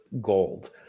gold